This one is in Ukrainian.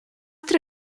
три